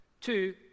Two